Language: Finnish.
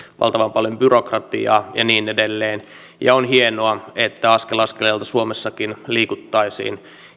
valtavan paljon byrokratiaa ja niin edelleen on hienoa että askel askeleelta suomessakin liikuttaisiin